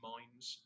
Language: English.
Minds